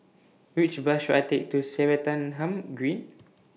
Which Bus should I Take to Swettenham Green